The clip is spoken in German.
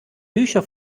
bücher